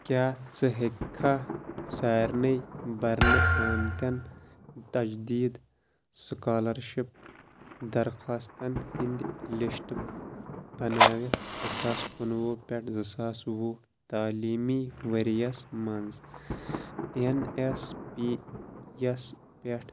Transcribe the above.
کیٛاہ ژِ ہیٚکٕکھا سارنٕے بَرنہٕ آمٕتٮ۪ن تجدیٖد سُکالرشپ درخواستن ہٕنٛدۍ لِسٹ بناوِتھ زٕ ساس کُنوُہ پٮ۪ٹھ زٕ ساس وُہ تعلیٖمی ؤرۍ یَس مَنٛز این ایس پی یَس پٮ۪ٹھ